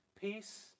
peace